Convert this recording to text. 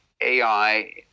ai